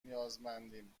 نیازمندیم